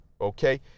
okay